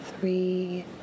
three